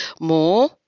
more